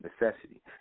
necessity